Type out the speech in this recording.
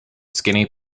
skinny